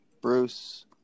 Bruce